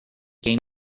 gave